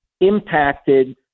impacted